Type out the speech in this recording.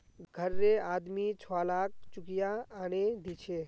घररे आदमी छुवालाक चुकिया आनेय दीछे